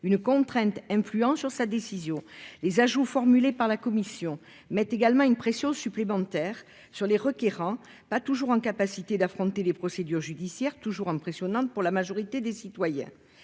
une contrainte influant sur sa décision. Les ajouts prévus par la commission font également peser une pression supplémentaire sur les requérants, qui ne sont pas toujours en capacité d'affronter les procédures judiciaires, toujours impressionnantes pour la majorité de nos concitoyens.